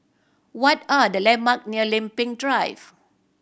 what are the landmark near Lempeng Drive